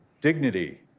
dignity